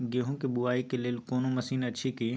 गेहूँ के बुआई के लेल कोनो मसीन अछि की?